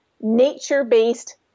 nature-based